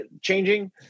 changing